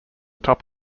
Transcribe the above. top